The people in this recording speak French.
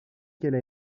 qu’elle